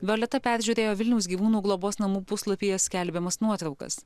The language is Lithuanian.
violeta peržiūrėjo vilniaus gyvūnų globos namų puslapyje skelbiamas nuotraukas